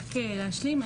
רק להשלים.